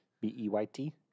B-E-Y-T